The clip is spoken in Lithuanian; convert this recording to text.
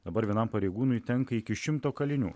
dabar vienam pareigūnui tenka iki šimto kalinių